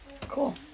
Cool